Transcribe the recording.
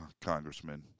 Congressman